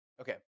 okay